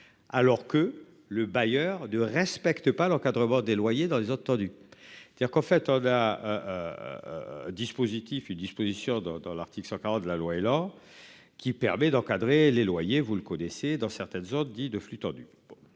Alors que le bailleur de respectent pas l'encadrement des loyers dans les zones tendues, c'est-à-dire qu'en fait on a un. Dispositif une disposition dans dans l'article 140 de la loi et Elan qui permet d'encadrer les loyers, vous le connaissez dans certaines zones dit de flux tendu.